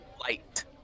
Light